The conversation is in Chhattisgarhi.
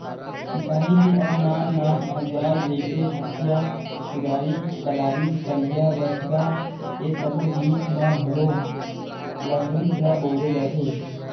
किसानी के अउ नान नान अउजार जइसे हँसिया, कुदारी, कलारी, टंगिया, बसूला ए सब्बो जिनिस म घलो लकड़ीच ल बउरे जाथे